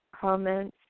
comments